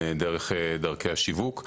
דרך דרכי השיווק.